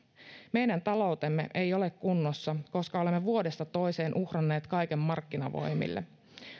meidän taloutemme ei ole kunnossa koska olemme vuodesta toiseen uhranneet kaiken markkinavoimille